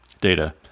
Data